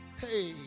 hey